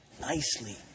nicely